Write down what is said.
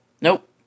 nope